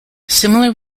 similar